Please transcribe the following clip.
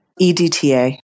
EDTA